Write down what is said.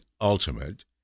Ultimate